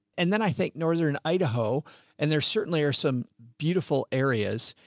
and then i think northern idaho and there certainly are some beautiful areas.